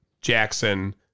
Jackson